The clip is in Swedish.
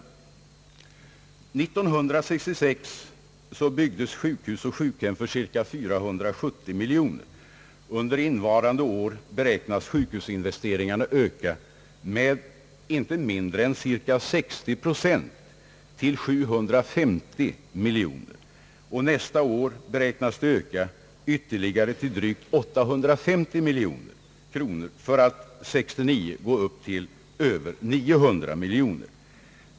År 1966 byggdes sjukhus och sjukhem för cirka 470 miljoner. Under innevarande år beräknas sjukhusinvesteringarna öka med inte mindre än cirka 60 procent till 750 miljoner och nästa år beräknas de öka ytterligare till drygt 850 miljoner kronor för att 1969 gå upp till över 900 miljoner.